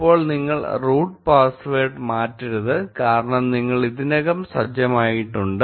ഇപ്പോൾ നിങ്ങൾ root password മാറ്റരുത് കാരണം നിങ്ങൾ ഇതിനകം സജ്ജമാക്കിയിട്ടുണ്ട്